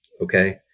okay